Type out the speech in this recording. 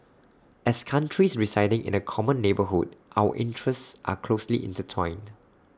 as countries residing in A common neighbourhood our interests are closely inter toyed